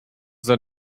that